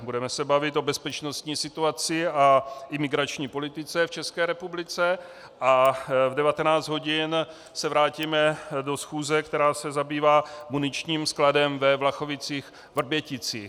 Budeme se bavit o bezpečnostní situaci a imigrační politice v České republice a v 19 hodin se vrátíme do schůze, která se zabývá muničním skladem ve VlachovicíchVrběticích.